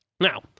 now